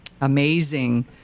amazing